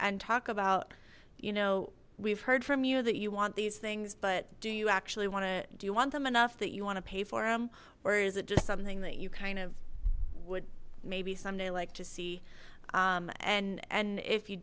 and talk about you know we've heard from you that you want these things but do you actually want to do you want them enough that you want to pay for them or is it just something that you kind of would maybe someday like to see and and if you